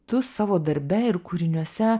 tu savo darbe ir kūriniuose